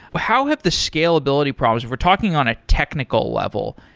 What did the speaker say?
how have the scalability problems, if we're talking on a technical level.